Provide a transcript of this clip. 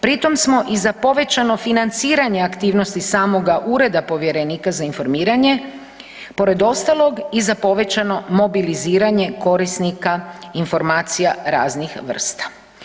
Pri tom smo i za povećano financiranje aktivnosti samoga Ureda povjerenika za informiranje pored ostalog i za povećano mobiliziranje korisnika informacija raznih vrsta.